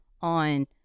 on